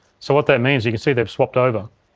so what that means, you can see they've swapped over,